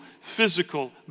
physical